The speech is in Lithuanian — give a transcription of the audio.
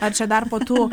ar čia dar po tų